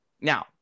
Now